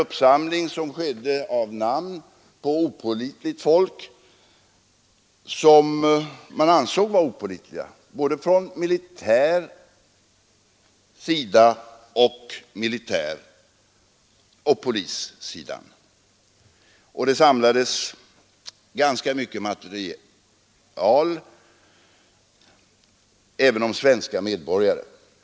Under kriget skedde en uppsamling av namn på personer som både militär och polis ansåg vara opålitliga. Det samlades ganska mycket material även om svenska medborgare.